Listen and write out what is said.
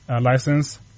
license